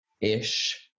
ish